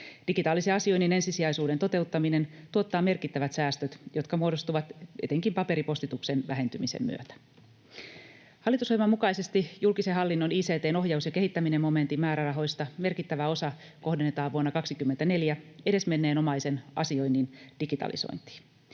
Digitaalisen asioinnin ensisijaisuuden toteuttaminen tuottaa merkittävät säästöt, jotka muodostuvat etenkin paperipostituksen vähentymisen myötä. Hallitusohjelman mukaisesti ”julkisen hallinnon ict:n ohjaus ja kehittäminen” -momentin määrärahoista merkittävä osa kohdennetaan vuonna 24 edesmenneen omaisen asioinnin digitalisointiin.